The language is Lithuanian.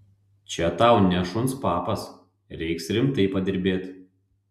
čia tau ne šuns papas reiks rimtai padirbėt